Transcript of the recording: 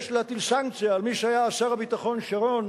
ויש להטיל סנקציה על מי שהיה אז שר הביטחון, שרון,